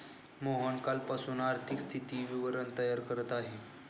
मोहन कालपासून आर्थिक स्थिती विवरण तयार करत आहे